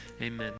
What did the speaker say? Amen